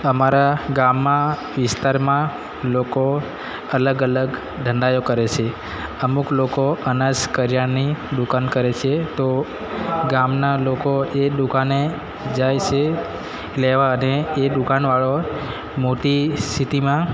અમારા ગામમાં વિસ્તારમાં લોકો અલગ અલગ ધંધાઓ કરે છે અમુક લોકો અનાજ કરીયાણાની દુકાન કરે છે તો ગામનાં લોકો એ દુકાને જાય છે લેવા અને એ દુકાનવાળો મોટી સિટીમાં